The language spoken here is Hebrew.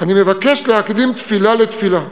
אני מבקש להקדים תפילה לתפילה,